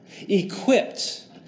equipped